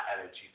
energy